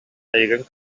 эйигин